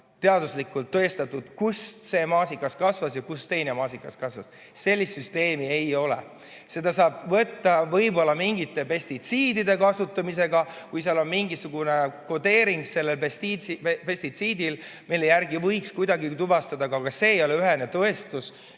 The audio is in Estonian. teaduslikult tõestatult, kus see maasikas kasvas ja kus teine maasikas kasvas. Sellist süsteemi ei ole. Seda saab teha võib-olla mingite pestitsiidide kasutamise puhul, kui on mingisugune kodeering sellel pestitsiidil, mille järgi võiks seda kuidagi tuvastada, aga see ei ole ühene tõestus,